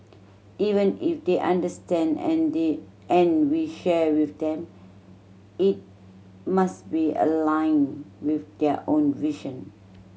even if they understand and they and we share with them it must be aligned with their own vision